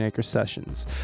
Sessions